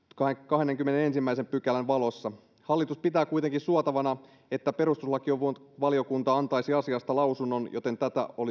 kahdennenkymmenennenensimmäisen pykälän valossa hallitus pitää kuitenkin suotavana että perustuslakivaliokunta antaisi asiasta lausunnon joten tätä olisi hyvä